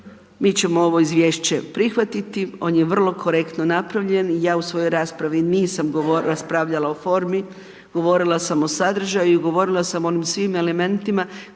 mi ćemo ovo izvješće prihvatiti, on je vrlo korektno napravljen, ja u svojoj raspravi nisam raspravljala o formi, govorila sam o sadržaju i govorila sam o onim svim elementima koji se iz ovakvih